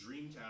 Dreamcast